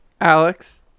Alex